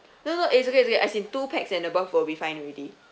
no no it's okay it's okay as in two pax and above will be fine already